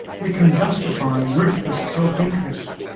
we can justify ruthless self-interest.